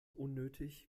unnötig